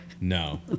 No